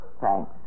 Thanks